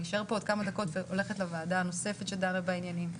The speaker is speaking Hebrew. אני אשאר פה עוד כמה דקות והולכת לוועדה הנוספת שדנה בעניינים האלה.